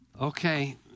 Okay